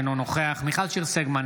אינו נוכח מיכל שיר סגמן,